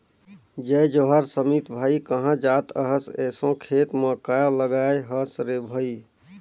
जय जोहार समीत भाई, काँहा जात अहस एसो खेत म काय लगाय हस रे भई?